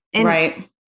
Right